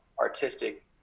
artistic